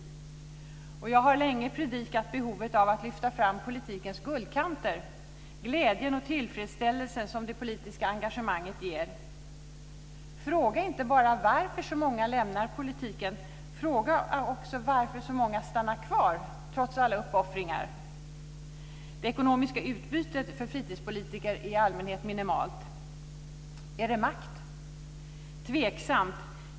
Jag har länge predikat behovet av att lyfta fram politikens guldkanter: glädjen och tillfredsställelsen som det politiska engagemanget ger. Fråga inte bara varför så många lämnar politiken! Fråga också varför så många stannar kvar trots alla uppoffringar! Det ekonomiska utbytet för fritidspolitiker är i allmänhet minimalt. Gäller det makt? Det är tveksamt.